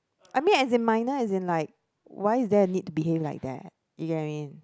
I mean as in minor as in like why is there a need to behave like that you get what I mean